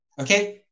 Okay